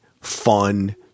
fun